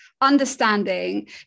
understanding